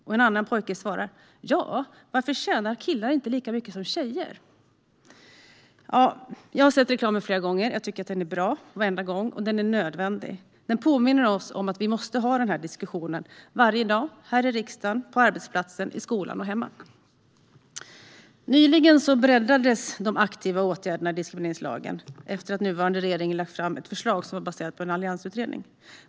Och en annan pojke svarar: Ja, varför tjänar killar inte lika mycket som tjejer? Jag har sett reklamsnutten flera gånger, och jag tycker att den är bra varenda gång. Den är också nödvändig. Den påminner oss om att vi måste föra denna diskussion varje dag här i riksdagen, på arbetsplatsen, i skolan och hemma. Nyligen breddades de aktiva åtgärderna i diskrimineringslagen efter att nuvarande regering lade fram ett förslag som är baserat på en alliansutredning.